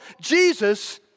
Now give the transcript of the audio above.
Jesus